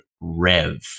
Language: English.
Rev